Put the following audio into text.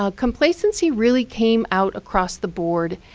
ah complacency really came out across the board,